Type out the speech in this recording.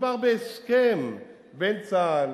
מדובר בהסכם בין צה"ל